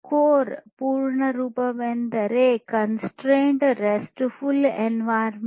core ಪೂರ್ಣ ರೂಪವೆಂದರೆ constrained restful environment